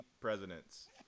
presidents